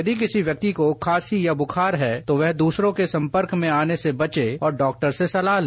यदि किसी व्यंक्ति को खांसी या बुखार है तो वह दूसरे के सम्पर्क में आने से बचे और डॉक्टर से सलाह ले